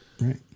right